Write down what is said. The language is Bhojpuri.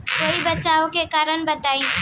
कोई बचाव के कारण बताई?